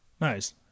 Nice